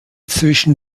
zwischen